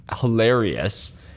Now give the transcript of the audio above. hilarious